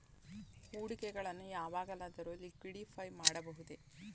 ಹೂಡಿಕೆಗಳನ್ನು ಯಾವಾಗಲಾದರೂ ಲಿಕ್ವಿಡಿಫೈ ಮಾಡಬಹುದೇ?